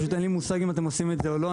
אין לי מושג אם אתם עושים את זה או לא,